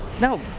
no